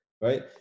right